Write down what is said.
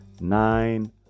nine